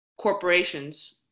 corporations